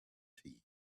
tea